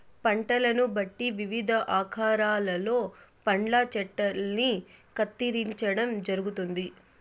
పంటలను బట్టి వివిధ ఆకారాలలో పండ్ల చెట్టల్ని కత్తిరించడం జరుగుతుంది